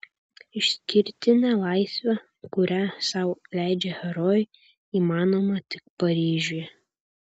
išskirtinė laisvė kurią sau leidžia herojai įmanoma tik paryžiuje